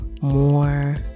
more